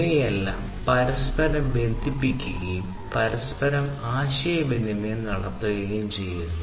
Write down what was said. ഇവയെല്ലാം പരസ്പരം ബന്ധിപ്പിക്കുകയും പരസ്പരം ആശയവിനിമയം നടത്തുകയും ചെയ്യും